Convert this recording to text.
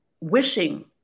wishing